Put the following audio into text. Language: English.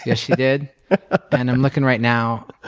yeah she did and i'm looking right now.